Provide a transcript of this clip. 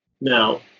Now